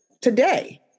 today